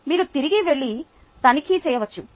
మీరు తిరిగి వెళ్లి తనిఖీ చేయవచ్చు